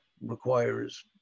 requires